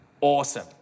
awesome